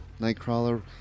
Nightcrawler